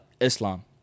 Islam